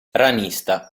ranista